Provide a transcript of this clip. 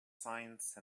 science